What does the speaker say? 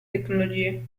tecnologie